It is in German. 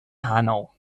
hanau